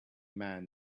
man